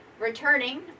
Returning